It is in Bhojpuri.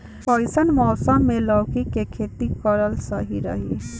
कइसन मौसम मे लौकी के खेती करल सही रही?